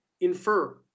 infer